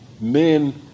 men